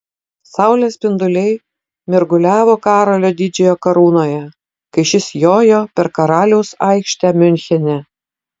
saulės spinduliai mirguliavo karolio didžiojo karūnoje kai šis jojo per karaliaus aikštę miunchene